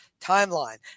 timeline